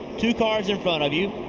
two cars in front of you.